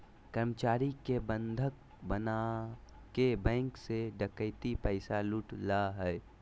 कर्मचारी के बंधक बनाके बैंक से डकैत पैसा लूट ला हइ